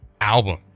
album